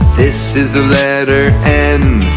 this is the letter and